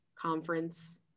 conference